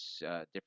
different